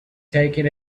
taken